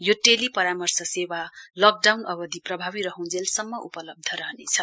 यो टेली परामर्श सेवा लकडाउन अविधि प्रभावी रहुञ्जेलसम्म उपलब्ध रहनेछ